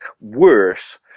worse